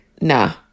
nah